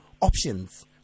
options